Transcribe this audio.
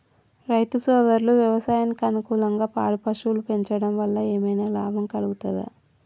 రైతు సోదరులు వ్యవసాయానికి అనుకూలంగా పాడి పశువులను పెంచడం వల్ల ఏమన్నా లాభం కలుగుతదా?